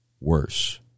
worse